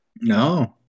No